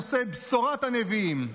נושא את בשורת הנביאים,